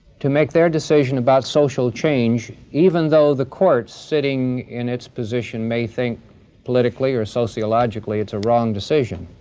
to make their decision about social change even though the court sitting in its position may think politically or sociologically it's a wrong decision.